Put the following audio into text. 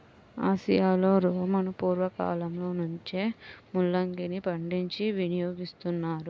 ఆసియాలో రోమను పూర్వ కాలంలో నుంచే ముల్లంగిని పండించి వినియోగిస్తున్నారు